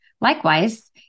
Likewise